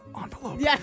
envelope